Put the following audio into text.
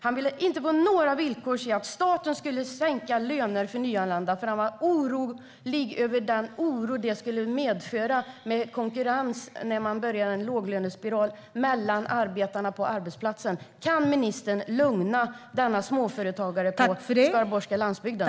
Han ville inte på några villkor se att staten skulle sänka löner för nyanlända, för han var orolig över den oro det skulle medföra i form av konkurrens mellan arbetarna på arbetsplatsen när man påbörjar en låglönespiral. Kan ministern lugna denna småföretagare på den skaraborgska landsbygden?